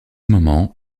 moment